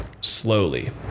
slowly